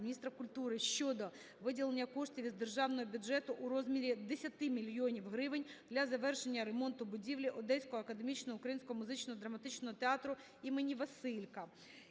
міністра культури щодо виділення коштів із Державного бюджету у розмірі 10 мільйонів гривень для завершення ремонту будівлі Одеського академічного українського музично-драматичного театру ім. В.Василька.